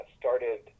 started